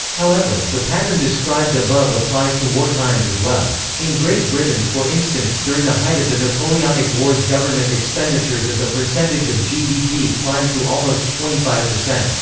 however, the pattern described above applies to war times as well. in great britain, for instance, during the height of the napoleonic wars government expenditures as a percentage of gdp climbed to almost twenty five percent.